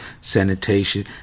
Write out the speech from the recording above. sanitation